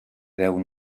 deu